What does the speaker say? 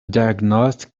diagnostic